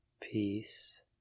Peace